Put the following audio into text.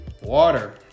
water